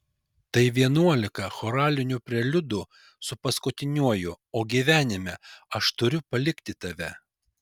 tai vienuolika choralinių preliudų su paskutiniuoju o gyvenime aš turiu palikti tave